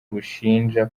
bushinja